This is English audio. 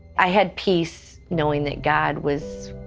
i have peace knowing that god was